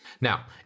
Now